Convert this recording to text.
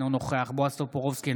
אינו נוכח בועז טופורובסקי,